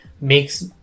makes